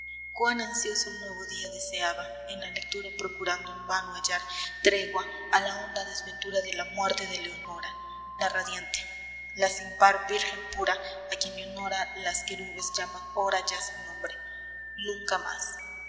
cuán ansioso el nuevo día deseaba en la lectura procurando en vano hallar tregua a la honda desventura de la muerte de leonora la radiante la sin par virgen pura a quien leonora las querubes llaman hora ya sin nombre nunca más